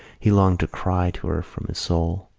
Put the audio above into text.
he longed to cry to her from his soul,